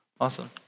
Awesome